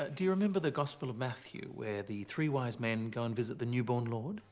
do you remember the gospel of matthew where the three wise men go and visit the new born lord?